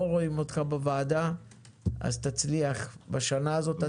רואים אותך בוועדה אז תצליח בשנה הזאת.